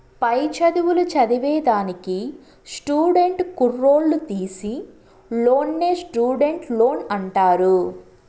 పై చదువులు చదివేదానికి స్టూడెంట్ కుర్రోల్లు తీసీ లోన్నే స్టూడెంట్ లోన్ అంటారు